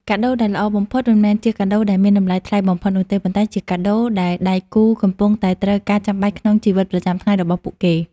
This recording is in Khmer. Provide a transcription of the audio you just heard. កាដូដែលល្អបំផុតមិនមែនជាកាដូដែលមានតម្លៃថ្លៃបំផុតនោះទេ ប៉ុន្តែគឺជាកាដូដែលដៃគូកំពុងតែត្រូវការចាំបាច់ក្នុងជីវិតប្រចាំថ្ងៃរបស់គេ។